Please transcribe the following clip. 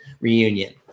reunion